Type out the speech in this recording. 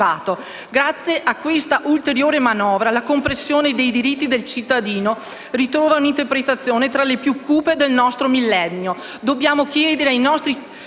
Grazie a questa ulteriore manovra, la compressione dei diritti del cittadino ritrova un'interpretazione tra le più cupe del nostro millennio: dobbiamo chiedere ai nostri cittadini